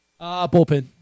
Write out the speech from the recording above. Bullpen